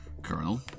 Colonel